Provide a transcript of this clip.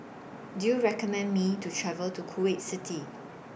Do YOU recommend Me to travel to Kuwait City